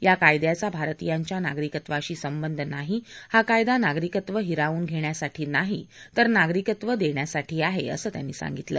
या कायद्याचा भारतीयांच्या नागरिकत्वाशी संबंध नाही हा कायदा नागरिकत्व हिरावून घेण्यासाठी नाही तर नागरिकत्व देण्यासाठी आहे असं त्यांनी सांगितलं